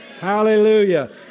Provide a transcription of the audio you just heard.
Hallelujah